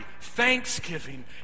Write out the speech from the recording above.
thanksgiving